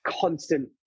constant